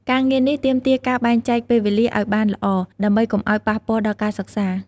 ការងារនេះទាមទារការបែងចែកពេលវេលាឲ្យបានល្អ ដើម្បីកុំឲ្យប៉ះពាល់ដល់ការសិក្សា។